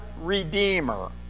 redeemer